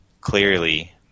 clearly